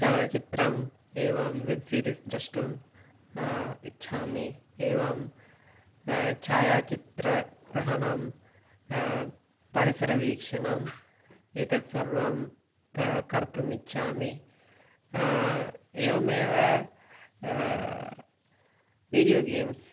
चलनचित्रम् एवं web series द्रष्टुम् इच्छामि एवं छायाचित्रग्रहणं परिसरवीक्षणम् एतद् सर्वं कर्तुम् इच्छामि एवमेव वीडियो गेम्स्